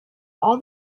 all